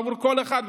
עבור כל אחד,